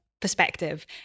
perspective